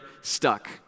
stuck